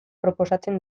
proposatzen